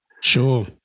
Sure